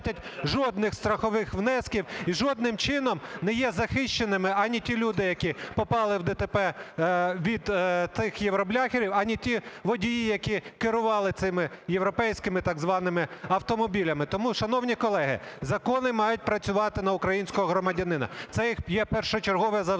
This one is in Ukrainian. жодних страхових внесків і жодним чином не є захищеними ані ті люди, які попали в ДТП від "євробляхерів", ані ті водії, які керували цими європейськими так званими автомобілями. Тому, шановні колеги, закони мають працювати на українського громадянина. Це є першочергове завдання.